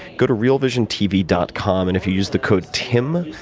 go to realvisiontv dot com, and if you use the code tim,